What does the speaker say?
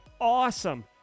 Awesome